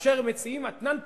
כאשר מציעים אתנן פוליטי,